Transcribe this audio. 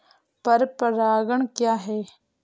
पर परागण क्या है?